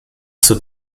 zur